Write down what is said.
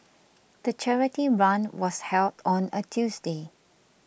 the charity run was held on a Tuesday